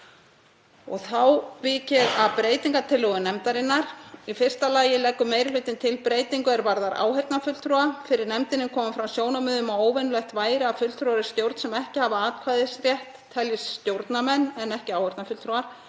ég þá að breytingartillögu nefndarinnar. Í fyrsta lagi leggur meiri hlutinn til breytingu er varðar áheyrnarfulltrúa. Fyrir nefndinni komu fram sjónarmið um að óvenjulegt væri að fulltrúar í stjórn sem ekki hafa atkvæðisrétt teljist stjórnarmenn en ekki áheyrnarfulltrúar.